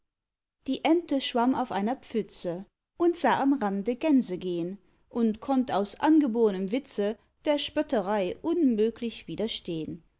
die ente schwamm auf einer pfütze und sah am rande gänse gehn und konnt aus angebornem witze der spötterei unmöglich widerstehn